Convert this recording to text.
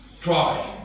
Try